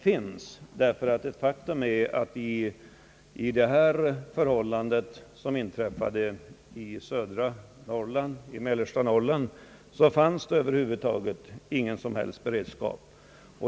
Faktum är nämligen att det vid de aktuella tilldragelserna i södra och mellersta Norrland inte fanns någon som helst beredskap.